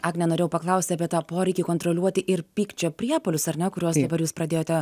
agne norėjau paklausti apie tą poreikį kontroliuoti ir pykčio priepuolius ar ne kurious dabar jūs pradėjote